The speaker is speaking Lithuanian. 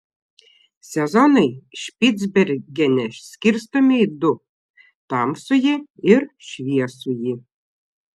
sezonai špicbergene skirstomi į du tamsųjį ir šviesųjį